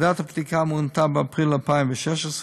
ועדת הבדיקה מונתה באפריל 2016,